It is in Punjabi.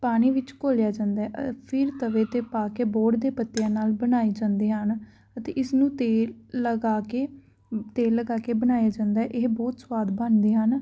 ਪਾਣੀ ਵਿੱਚ ਘੋਲਿਆ ਜਾਂਦਾ ਹੈ ਫਿਰ ਤਵੇ 'ਤੇ ਪਾ ਕੇ ਬੋੜ੍ਹ ਦੇ ਪੱਤਿਆਂ ਨਾਲ ਬਣਾਏ ਜਾਂਦੇ ਹਨ ਅਤੇ ਇਸ ਨੂੰ ਤੇਲ ਲਗਾ ਕੇ ਤੇਲ ਲਗਾ ਕੇ ਬਣਾਇਆ ਜਾਂਦਾ ਹੈ ਇਹ ਬਹੁਤ ਸਵਾਦ ਬਣਦੇ ਹਨ